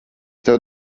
tev